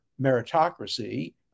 meritocracy